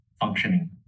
functioning